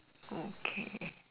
okay